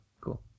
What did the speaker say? Cool